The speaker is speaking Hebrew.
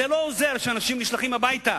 זה לא עוזר שאנשים נשלחים הביתה,